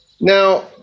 Now